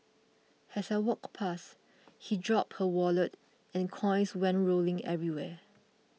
as I walked past he dropped her wallet and coins went rolling everywhere